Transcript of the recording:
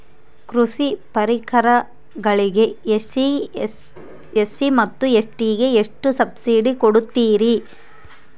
ಕೃಷಿ ಪರಿಕರಗಳಿಗೆ ಎಸ್.ಸಿ ಮತ್ತು ಎಸ್.ಟಿ ಗೆ ಎಷ್ಟು ಸಬ್ಸಿಡಿ ಕೊಡುತ್ತಾರ್ರಿ?